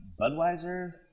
Budweiser